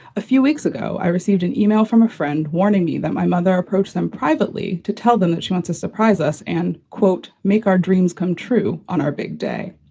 a few weeks ago i received an email from a friend warning me that my mother approached them privately to tell them that she wants to surprise us and, quote, make our dreams come true on our big day.